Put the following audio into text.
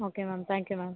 okay ma'am thank you ma'am